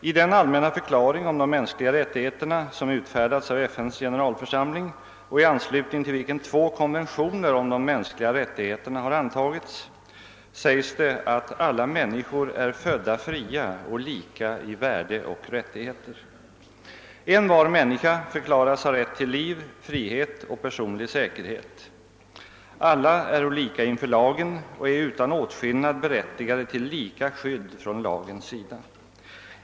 I den allmänna förklaring om de mänskliga rättigheterna som utfärdats av FN:s generalförsamling och i anslutning till vilken två konventioner om de mänskliga rättigheterna antagits säges att »alla människor är födda fria och lika i värde och i rättigheter». Envar människa förklaras ha rätt till liv, frihet och personlig säkerhet. Alla är lika inför lagen och är utan åtskillnad berättigade till lika skydd från lagens sida.